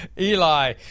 Eli